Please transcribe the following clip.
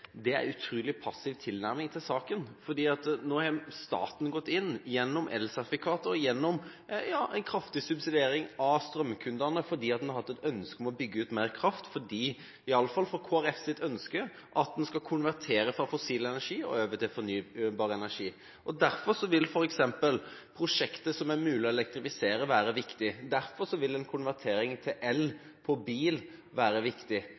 er en utrolig passiv tilnærming til saken. Nå har staten gått inn med elsertifikater og med en kraftig subsidiering av strømkundene fordi en har hatt et ønske om å bygge ut mer kraft. Det er i alle fall Kristelig Folkepartis ønske at man skal konvertere fra fossil energi og over til fornybar energi. Derfor vil f.eks. prosjekter som er mulig å elektrifisere, være viktig. Derfor vil en konvertering til el på bil være viktig,